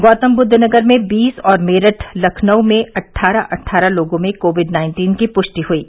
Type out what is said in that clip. गौतमबुद्व नगर में बीस और मेरठ लखनऊ में अट्ठारह अट्ठारह लोगों में कोविड नाइन्टीन की पुष्टि हुयी